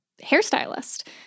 hairstylist